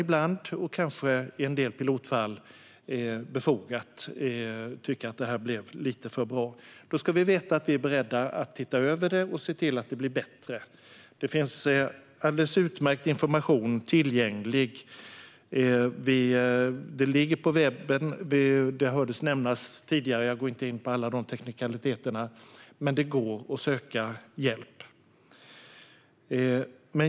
I en del pilotfall kan det vara befogat, och man kan tycka att det blev lite för bra. Då ska man veta att vi är beredda att titta över detta och se till att det blir bättre. Det finns alldeles utmärkt information tillgänglig. Den ligger på webben. Vi hörde det nämnas tidigare - jag ska inte gå in på alla teknikaliteter - men det går att söka hjälp.